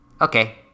Okay